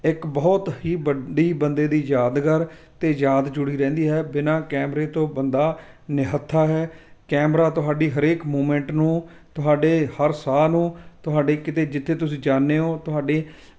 ਇੱਕ ਬਹੁਤ ਹੀ ਵੱਡੀ ਬੰਦੇ ਦੀ ਯਾਦਗਾਰ ਅਤੇ ਯਾਦ ਜੁੜੀ ਰਹਿੰਦੀ ਹੈ ਬਿਨਾ ਕੈਮਰੇ ਤੋਂ ਬੰਦਾ ਨਿਹੱਥਾ ਹੈ ਕੈਮਰਾ ਤੁਹਾਡੀ ਹਰੇਕ ਮੂਵਮੈਂਟ ਨੂੰ ਤੁਹਾਡੇ ਹਰ ਸਾਹ ਨੂੰ ਤੁਹਾਡੇ ਕਿਤੇ ਜਿੱਥੇ ਤੁਸੀਂ ਜਾਂਦੇ ਹੋ ਤੁਹਾਡੇ